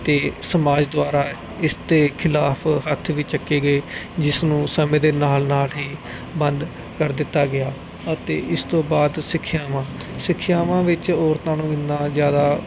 ਅਤੇ ਸਮਾਜ ਦੁਆਰਾ ਇਸ 'ਤੇ ਖਿਲਾਫ਼ ਹੱਥ ਵੀ ਚੁੱਕੇ ਗਏ ਜਿਸ ਨੂੰ ਸਮੇਂ ਦੇ ਨਾਲ ਨਾਲ ਹੀ ਬੰਦ ਕਰ ਦਿੱਤਾ ਗਿਆ ਅਤੇ ਇਸ ਤੋਂ ਬਾਅਦ ਸਿੱਖਿਆਵਾਂ ਸਿੱਖਿਆਵਾਂ ਵਿੱਚ ਔਰਤਾਂ ਨੂੰ ਇੰਨਾ ਜ਼ਿਆਦਾ